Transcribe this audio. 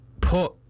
put